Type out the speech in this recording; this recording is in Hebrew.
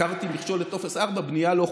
הכרתי מכשול לטופס 4 בבנייה לא חוקית,